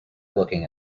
looking